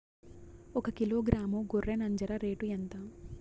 ఒకకిలో గ్రాము గొర్రె నంజర రేటు ఎంత?